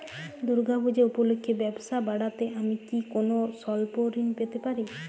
দূর্গা পূজা উপলক্ষে ব্যবসা বাড়াতে আমি কি কোনো স্বল্প ঋণ পেতে পারি?